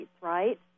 right